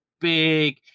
big